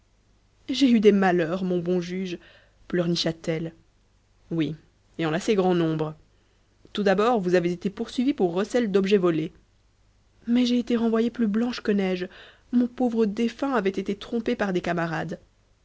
j'ai eu des malheurs mon bon juge pleurnicha t elle oui et en assez grand nombre tout d'abord vous avez été poursuivie pour recel d'objets volés mais j'ai été renvoyée plus blanche que neige mon pauvre défunt avait été trompé par des camarades